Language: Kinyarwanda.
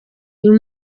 uyu